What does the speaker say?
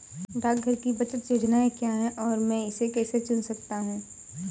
डाकघर की बचत योजनाएँ क्या हैं और मैं इसे कैसे चुन सकता हूँ?